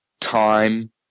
time